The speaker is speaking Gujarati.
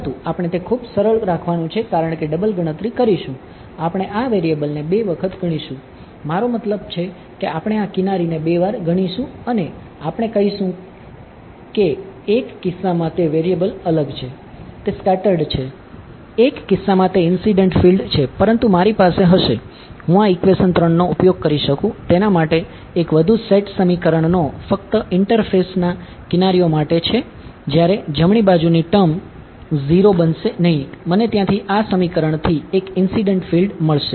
પરંતુ આપણે તે ખૂબ સરળ રાખવાનું છે આપણે ડબલ ગણતરી મળશે